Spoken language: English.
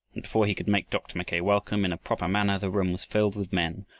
and before he could make dr. mackay welcome in a proper manner the room was filled with men,